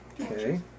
Okay